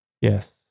Yes